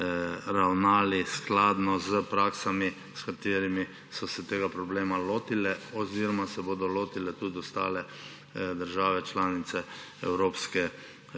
ravnali skladno s praksami, s katerimi so se tega problema lotile oziroma se bodo lotile tudi ostale države članice Evropske